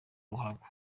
ruhago